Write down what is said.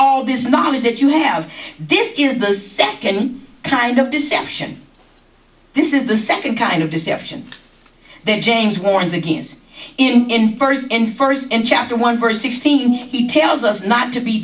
all this knowledge that you have this is the second kind of deception this is the second kind of deception then james warns in cannes in first in first in chapter one verse sixteen he tells us not to be